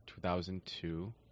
2002